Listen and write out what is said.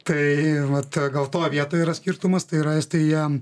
tai vat gal toj vietoje yra skirtumas tai yra estai jie